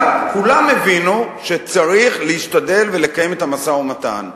אבל כולם הבינו שצריך להשתדל לקיים את המשא-ומתן.